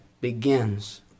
begins